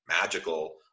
magical